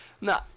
No